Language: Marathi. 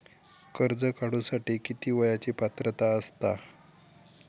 कर्ज काढूसाठी किती वयाची पात्रता असता?